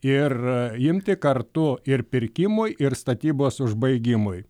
ir imti kartu ir pirkimui ir statybos užbaigimui